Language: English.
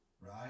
right